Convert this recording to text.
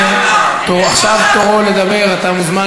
אתה שומע